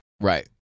Right